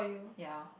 ya